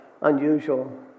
unusual